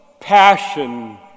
passion